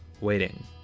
waiting